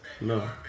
No